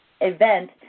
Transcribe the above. event